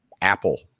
Apple